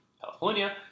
California